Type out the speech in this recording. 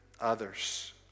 others